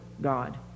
God